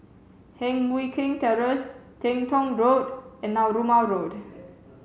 Heng Mui Keng Terrace Teng Tong Road and Narooma Road